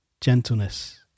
gentleness